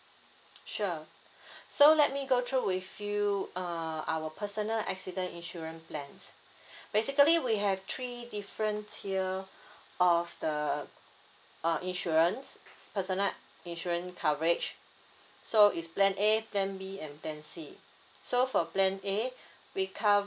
sure so let me go through with you uh our personal accident insurance plan basically we have three different tier of the uh insurance personal insurance coverage so it's plan A plan B and plan C so for plan A we cov~